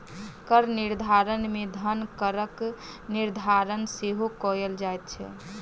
कर निर्धारण मे धन करक निर्धारण सेहो कयल जाइत छै